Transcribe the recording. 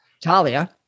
Talia